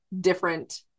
different